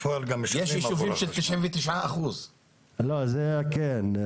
יש ישובים של 99%. לא, כן,